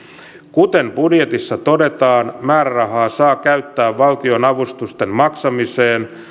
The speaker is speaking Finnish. kuten budjetissa todetaan määrärahaa saa käyttää valtionavustusten maksamiseen